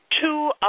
two